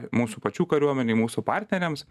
mūsų pačių kariuomenei mūsų partneriams